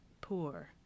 poor